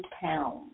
pounds